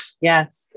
Yes